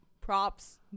props